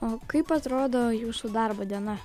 o kaip atrodo jūsų darbo diena